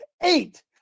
Eight